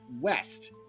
west